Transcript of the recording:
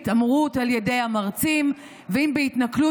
אם בהתעמרות על ידי המרצים ואם בהתנכלות